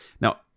Now